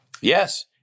Yes